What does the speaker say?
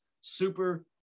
super